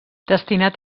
destinat